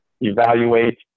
evaluate